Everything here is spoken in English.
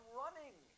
running